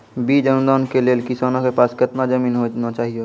बीज अनुदान के लेल किसानों के पास केतना जमीन होना चहियों?